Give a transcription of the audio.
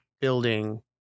building